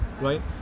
right